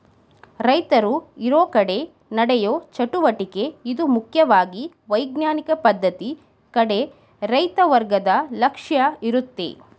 ರೈತರು ಇರೋಕಡೆ ನಡೆಯೋ ಚಟುವಟಿಕೆ ಇದು ಮುಖ್ಯವಾಗಿ ವೈಜ್ಞಾನಿಕ ಪದ್ಧತಿ ಕಡೆ ರೈತ ವರ್ಗದ ಲಕ್ಷ್ಯ ಇರುತ್ತೆ